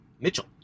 Mitchell